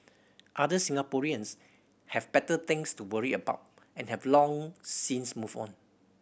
other Singaporeans have better things to worry about and have long since moved on